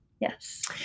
Yes